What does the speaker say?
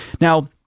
Now